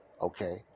Okay